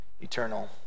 eternal